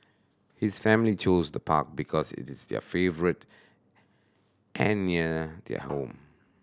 his family chose the park because it is their favourite and near their home